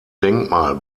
denkmal